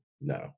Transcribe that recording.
No